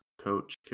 coach